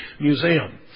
Museum